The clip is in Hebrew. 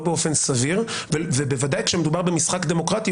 לא באופן סביר ובוודאי כאשר מדובר במשחק דמוקרטי,